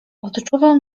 odczuwał